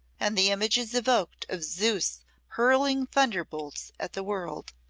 and the image is evoked of zeus hurling thunderbolts at the world.